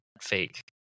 fake